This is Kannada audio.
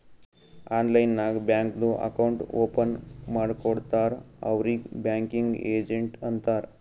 ಆನ್ಲೈನ್ ನಾಗ್ ಬ್ಯಾಂಕ್ದು ಅಕೌಂಟ್ ಓಪನ್ ಮಾಡ್ಕೊಡ್ತಾರ್ ಅವ್ರಿಗ್ ಬ್ಯಾಂಕಿಂಗ್ ಏಜೆಂಟ್ ಅಂತಾರ್